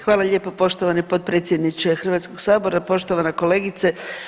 Hvala lijepo poštovani potpredsjedniče Hrvatskog sabora, poštovana kolegice.